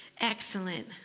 Excellent